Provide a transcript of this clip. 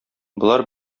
болар